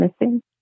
missing